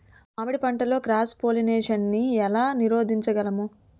మామిడి పంటలో cross pollination నీ ఏల నీరోధించగలము?